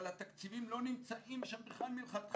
אבל התקציבים לא נמצאים שם בכלל מלכתחילה.